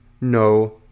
no